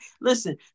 listen